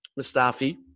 Mustafi